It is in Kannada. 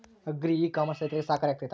ಅಗ್ರಿ ಇ ಕಾಮರ್ಸ್ ರೈತರಿಗೆ ಸಹಕಾರಿ ಆಗ್ತೈತಾ?